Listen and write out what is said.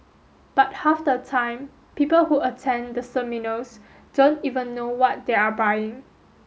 but half the time people who attend the seminars don't even know what they are buying